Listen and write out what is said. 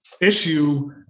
issue